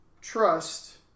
trust